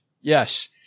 Yes